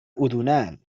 أذنان